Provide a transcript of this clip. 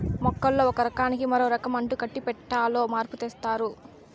మొక్కల్లో ఒక రకానికి మరో రకం అంటుకట్టి పెట్టాలో మార్పు తెత్తారు